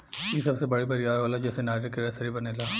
इ सबसे बड़ी बरियार होला जेसे नारियर के रसरी बनेला